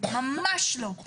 ממש לא.